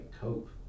cope